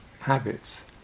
habits